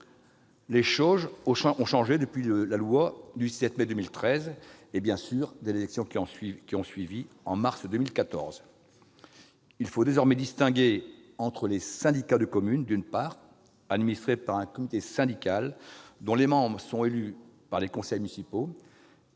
La situation a changé depuis la loi du 17 mai 2013 et les élections de mars 2014. Il faut désormais distinguer entre les syndicats de communes, d'un côté, qui sont administrés par un comité syndical dont les membres sont élus par les conseils municipaux,